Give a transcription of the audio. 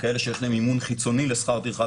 כאלה שיש להם מימון חיצוני לשכר טרחת